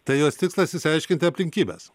tai jos tikslas išsiaiškinti aplinkybes